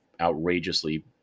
outrageously